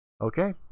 Okay